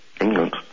England